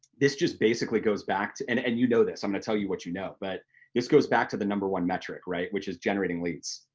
this just basically goes back to, and and you know this, i'm gonna tell you what you know, but this goes back to the number one metric which is generating leads,